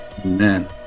Amen